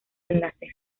enlaces